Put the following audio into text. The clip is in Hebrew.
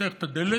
פותח את הדלת,